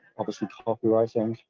obviously copywriting.